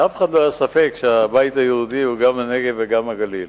לאף אחד לא היה ספק שהבית היהודי הוא גם בנגב וגם בגליל.